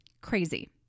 crazy